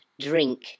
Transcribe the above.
drink